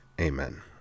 Amen